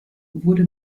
wurde